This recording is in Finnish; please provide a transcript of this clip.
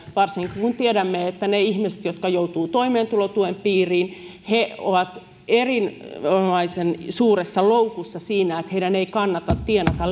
varsinkin kun kun tiedämme että ne ihmiset jotka joutuvat toimeentulotuen piiriin ovat erinomaisen suuressa loukussa siinä että heidän ei kannata tienata